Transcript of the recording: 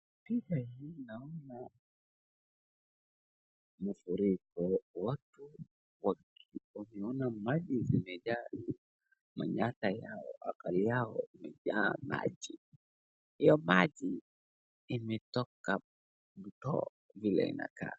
Picha hii naona mafuriko, watu wakiona maji zimejaa manyatta yao, manyatta yao imejaa maji, hiyo maji imetoka mto vile inakaa.